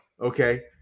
okay